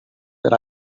that